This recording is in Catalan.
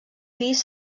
pis